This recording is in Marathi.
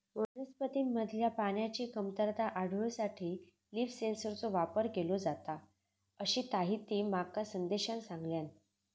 वनस्पतींमधल्या पाण्याची कमतरता ओळखूसाठी लीफ सेन्सरचो वापर केलो जाता, अशीताहिती माका संदेशान सांगल्यान